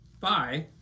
bye